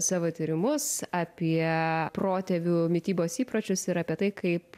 savo tyrimus apie protėvių mitybos įpročius ir apie tai kaip